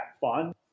fun